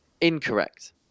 Incorrect